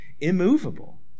immovable